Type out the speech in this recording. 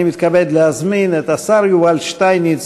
אני מתכבד להזמין את השר יובל שטייניץ